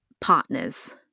partners